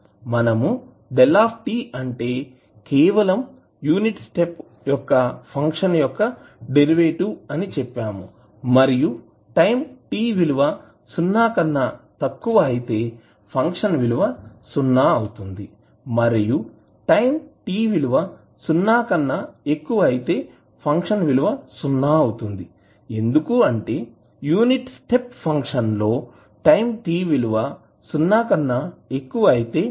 మనము 𝞭 అంటే కేవలం యూనిట్ స్టెప్ ఫంక్షన్ యొక్క డెరివేటివ్ అని చెప్పాము మరియు టైం t విలువ సున్నా కన్నా తక్కువ అయితే ఫంక్షన్ విలువ సున్నా అవుతుంది మరియు టైం t విలువ సున్నా కన్నా ఎక్కువ అయితే ఫంక్షన్ విలువ సున్నా అవుతుంది ఎందుకంటే యూనిట్ స్టెప్ ఫంక్షన్ లో టైం t విలువ సున్నా కన్నా ఎక్కువ అయితే ఫంక్షన్ విలువ వన్ అవుతుంది